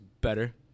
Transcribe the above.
better